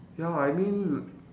ya I mean l~